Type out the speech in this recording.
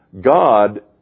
God